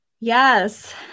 Yes